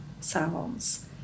salons